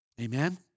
Amen